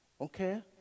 okay